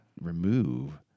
remove